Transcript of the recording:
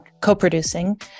co-producing